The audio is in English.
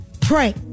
Pray